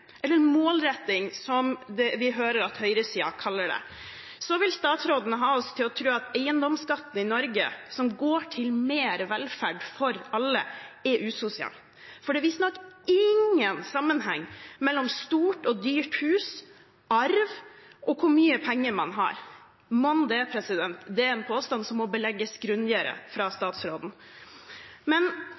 eller «målretting», som vi hører at høyresiden kaller det. Så vil statsråden ha oss til å tro at eiendomsskatten i Norge, som går til mer velferd for alle, er usosial. For det er visstnok ingen sammenheng mellom stort og dyrt hus, arv og hvor mye penger man har. Mon det – det er en påstand som må belegges grundigere fra statsrådens side. Men spørsmålet er om statsråden